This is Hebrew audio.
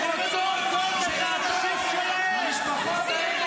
רק בגללכם הם שם ------ המשפחות האלה